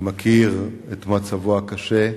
אני מכיר את מצבו הקשה,